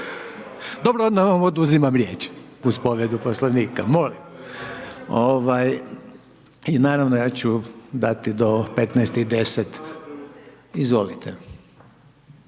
Dobro, onda vam oduzimam riječ uz povredu Poslovnika. I naravno, ja ću dati do 15 i 10, izvolite.